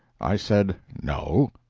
i said no.